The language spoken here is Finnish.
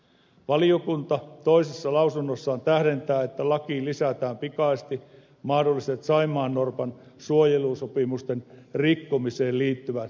valiokunta toisessa lausumassaan tähdentää että lakiin lisätään pikaisesti mahdolliset saimaannorpan suojelusopimusten rikkomiseen liittyvät seuraamussäännökset